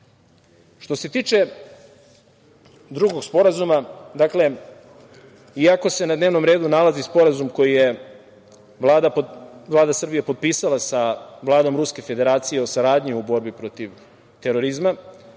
se tiče drugog Sporazuma iako se na dnevnom redu nalazi Sporazum koji je Vlada Srbije potpisala sa Vladom Ruske Federacije o saradnji u borbi protiv terorizma,